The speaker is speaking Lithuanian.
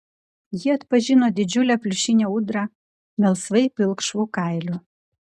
ji atpažino didžiulę pliušinę ūdrą melsvai pilkšvu kailiu